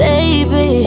Baby